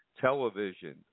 television